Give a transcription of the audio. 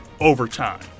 overtime